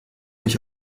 mich